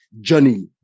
journey